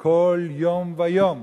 כל יום ויום.